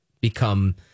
become